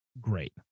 Great